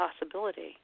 possibility